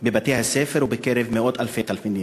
בבתי-הספר ובקרב מאות אלפי תלמידים.